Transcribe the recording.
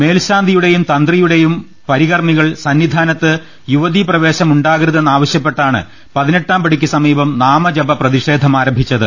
മേൽശാന്തിയുടെയും തന്ത്രിയുടെയും പരികർമ്മികൾ സന്നിധാനത്ത് യുവതീ പ്രവേശം ഉണ്ടാകരു തെന്നാവശ്യപ്പെട്ടാണ് പതിനെട്ടാംപടിക്ക് സമീപം നാമജപ പ്രതിഷേധമാരംഭിച്ചത്